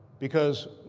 because,